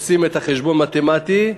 עושים את החשבון, מתמטי,